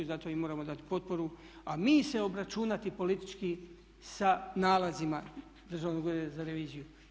Zato im moramo dati potporu, a mi se obračunati politički sa nalazima Državnog ureda za reviziju.